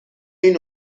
این